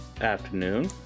afternoon